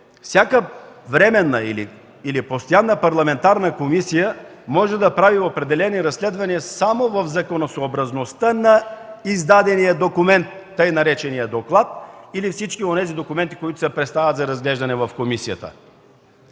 всяка временна или постоянна парламентарна комисия може да прави определени разследвания само в законосъобразността на издадения документ, така наречения „доклад” или всички онези документи, които се представят за разглеждане в комисията.